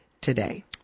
today